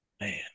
Man